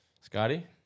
Scotty